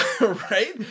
Right